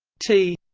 t